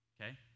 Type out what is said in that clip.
okay